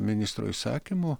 ministro įsakymu